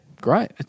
great